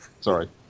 Sorry